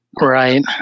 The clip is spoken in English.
Right